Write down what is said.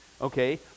okay